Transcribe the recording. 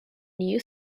new